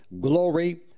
Glory